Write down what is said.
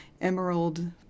emerald